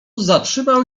zatrzymał